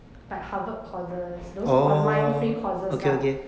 like harvard courses those online free courses lah